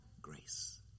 grace